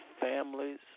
families